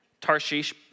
Tarshish